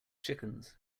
chickens